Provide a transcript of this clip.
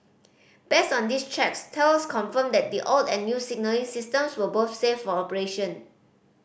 based on these checks Thales confirmed that the old and new signalling systems were both safe for operation